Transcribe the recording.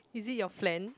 is it your friend